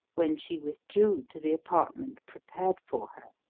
when she withdrew to the apartment prepared for her.